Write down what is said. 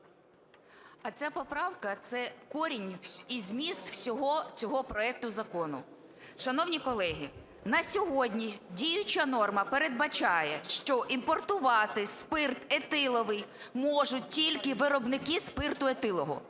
Ця поправка – це корінь і зміст всього цього проекту закону. Шановні колеги, на сьогоднішні діюча норма передбачає, що імпортувати спирт етиловий можуть тільки виробники спирту етилового.